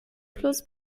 plus